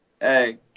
hey